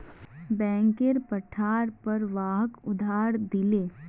बैंकेर पट्टार पर वहाक उधार दिले